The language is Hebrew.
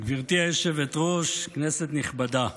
גברתי היושבת-ראש, כנסת נכבדה,